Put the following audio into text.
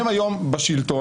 הם היום בשלטון,